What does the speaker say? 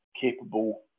capable